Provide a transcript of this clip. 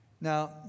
Now